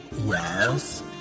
yes